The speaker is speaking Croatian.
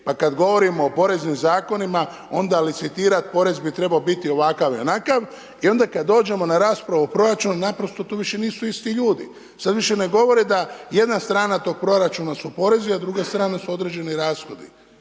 pa kada govorimo o poreznim zakonima onda licitirati porez bi trebao biti ovakav i onakav. I onda kada dođemo na raspravu o proračunu naprosto to više nisu isti ljudi. Sada više ne govore da jedna strana tog proračuna su porezi a druga strana su određeni rashodi.